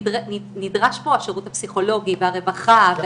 ונדרשים פה השירות הפסיכולוגי והרווחה.